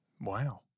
Wow